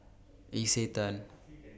Isetan